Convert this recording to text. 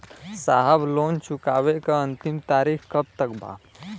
साहब लोन चुकावे क अंतिम तारीख कब तक बा?